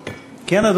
כן,